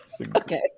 Okay